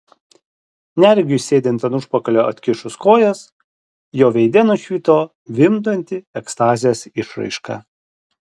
neregiui sėdint ant užpakalio atkišus kojas jo veide nušvito vimdanti ekstazės išraiška